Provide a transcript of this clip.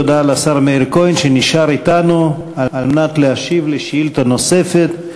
ותודה לשר מאיר כהן שנשאר אתנו להשיב על שאילתה נוספת.